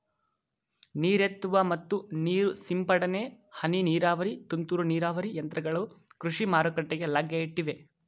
ನೀರೆತ್ತುವ ಮತ್ತು ನೀರು ಸಿಂಪಡನೆ, ಹನಿ ನೀರಾವರಿ, ತುಂತುರು ನೀರಾವರಿ ಯಂತ್ರಗಳು ಕೃಷಿ ಮಾರುಕಟ್ಟೆಗೆ ಲಗ್ಗೆ ಇಟ್ಟಿವೆ